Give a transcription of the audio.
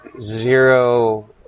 zero